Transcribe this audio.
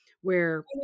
where-